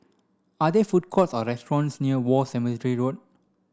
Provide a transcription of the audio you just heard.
are there food courts or restaurants near War Cemetery Road